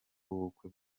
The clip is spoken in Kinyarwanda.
w’ubukwe